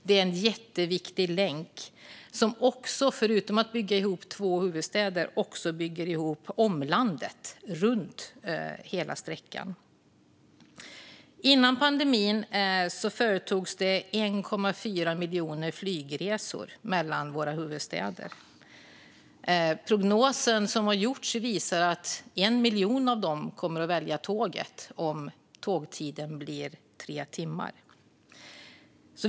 Den är en jätteviktig länk, som inte bara bygger ihop två huvudstäder utan också omlandet längs hela sträckan. Före pandemin företogs 1,4 miljoner flygresor mellan huvudstäderna. Prognoser visar att 1 miljon av dem skulle ersättas av tågresor om restiden blir tre timmar.